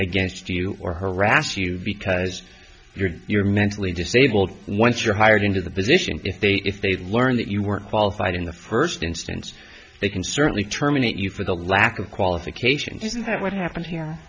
against you or harass you because you're mentally disabled and once you're hired into that position if they if they learn that you weren't qualified in the first instance they can certainly terminate you for the lack of qualifications isn't that what happened here